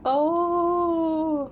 oh